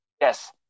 Yes